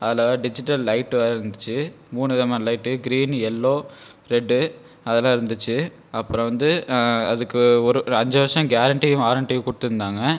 அதில் digital light வேறே இருந்துச்சு மூணு விதமான லைட் க்ரீன் எல்லோ ரெட் அதுலாம் இருந்துச்சு அப்புறம் வந்து அதுக்கு ஒரு அஞ்சு வருஷம் கேரண்ட்டியும் வாரண்ட்டியும் கொடுத்துருந்தாங்க